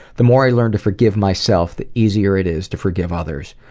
the more i learn to forgive myself, the easier it is to forgive others.